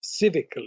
civically